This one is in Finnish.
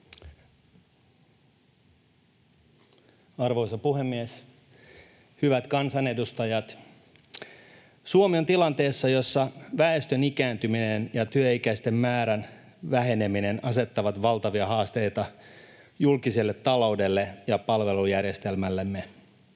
Arvoisa puhemies! Hyvät kansanedustajat! Suomi on tilanteessa, jossa väestön ikääntyminen ja työikäisten määrän väheneminen asettavat valtavia haasteita julkiselle taloudelle ja palvelujärjestelmällemme.